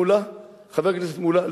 חבר הכנסת מולה,